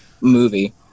movie